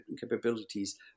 capabilities